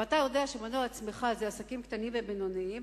ואתה יודע שמנוע הצמיחה זה עסקים קטנים ובינוניים,